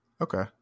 Okay